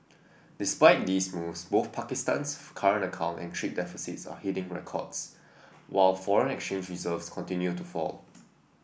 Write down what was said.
despite these moves both Pakistan's current account and trade deficits are hitting records while foreign exchange reserves continue to fall